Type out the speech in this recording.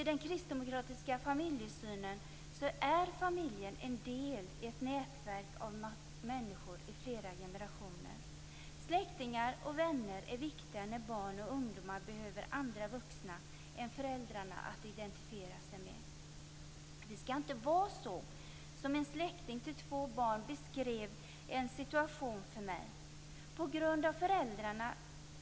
I den kristdemokratiska familjesynen är familjen en del i ett nätverk av människor i flera generationer. Släktingar och vänner är viktiga när barn och ungdomar behöver andra vuxna än föräldrarna att identifiera sig med. Det skall inte vara så som en släkting till två barn beskrev en situation för mig.